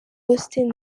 austin